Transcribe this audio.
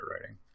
writing